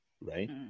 right